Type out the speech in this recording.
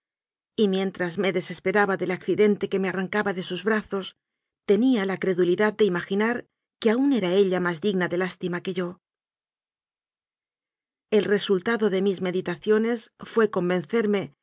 y mientras me desesperaba del acci dente que me arrancaba de sus brazos tenía la credulidad de imaginar que aún era ella más dig na de lástima que yo el resultado de mis meditaciones fué